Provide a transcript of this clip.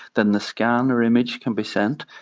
then the scan or image can be sent,